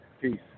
Peace